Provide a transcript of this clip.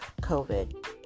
COVID